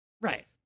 right